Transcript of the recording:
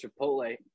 Chipotle